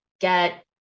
get